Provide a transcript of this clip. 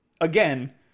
again